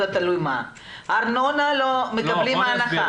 ארנונה מקבלים הנחה.